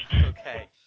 Okay